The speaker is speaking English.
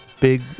Big